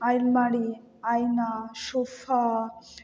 আলমারি আয়না সোফা